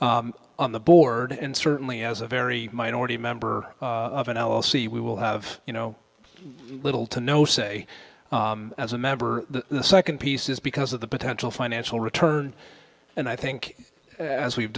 on the board and certainly as a very minority member of an l l c we will have you know little to no say as a member the second piece is because of the potential financial return and i think as we've